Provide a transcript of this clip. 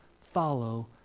follow